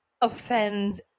offends